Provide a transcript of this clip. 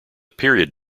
period